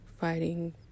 fighting